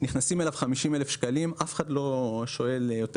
נכנסים אליו 50 אלף שקלים ואף אחד לא שואל יותר